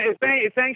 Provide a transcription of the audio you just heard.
Thanks